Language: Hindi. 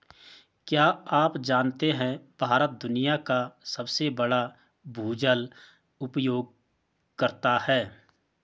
क्या आप जानते है भारत दुनिया का सबसे बड़ा भूजल उपयोगकर्ता है?